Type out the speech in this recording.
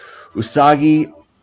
Usagi